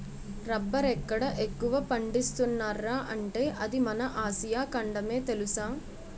రబ్బరెక్కడ ఎక్కువ పండిస్తున్నార్రా అంటే అది మన ఆసియా ఖండమే తెలుసా?